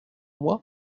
moi